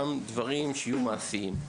עם רעיונות מעשיים.